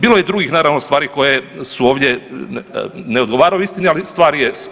Bilo je drugih naravno stvari koje su ovdje ne odgovaraju istini ali stvari jesu.